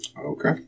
okay